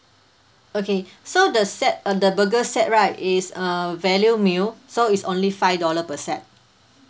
okay so the set uh the burger set right is err value meal so is only five dollar per set